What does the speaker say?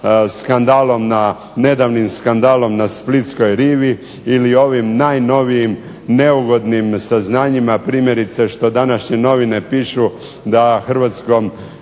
skandalom na, nedavnim skandalom na splitskoj rivi, ili ovim najnovijim neugodnim saznanjima, primjerice što današnje novine pišu da Hrvatskom